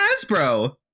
Hasbro